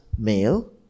Male